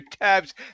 tabs